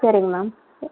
சரிங்க மேம்